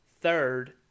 Third